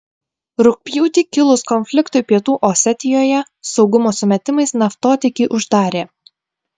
rugpjūtį kilus konfliktui pietų osetijoje saugumo sumetimais naftotiekį uždarė